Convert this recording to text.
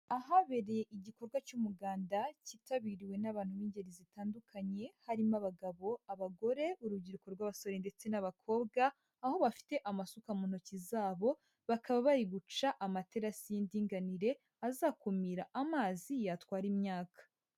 Ahabereye igikorwa cy'umuganda cyitabiriwe n'abantu b'ingeri zitandukanye, harimo abagabo, abagore, urubyiruko rw'abasore ndetse n'abakobwa, aho bafite amasuka mu ntoki zabo, bakaba bari guca amaterasi y'indinganire azakumira amazi yatwara imyaka.